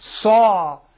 saw